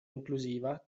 inclusiva